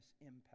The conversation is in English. impact